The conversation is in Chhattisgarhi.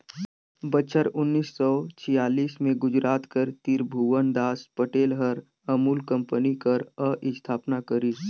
बछर उन्नीस सव छियालीस में गुजरात कर तिरभुवनदास पटेल हर अमूल कंपनी कर अस्थापना करिस